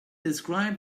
describe